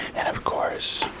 and, of course,